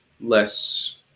less